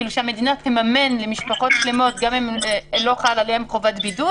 שהמדינה תממן למשפחות שלמות גם אם לא חלה עליהן חובת בידוד.